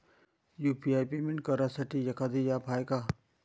UPI payment करासाठी एखांद app हाय का?